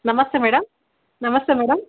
ನಮಸ್ತೆ ಮೇಡಮ್ ನಮಸ್ತೆ ಮೇಡಮ್